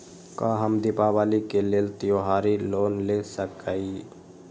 का हम दीपावली के लेल त्योहारी लोन ले सकई?